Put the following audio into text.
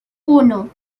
uno